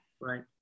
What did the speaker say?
right